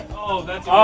oh, that's